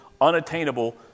unattainable